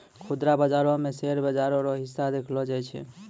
खुदरा बाजारो मे शेयर बाजार रो हिस्सा देखलो जाय छै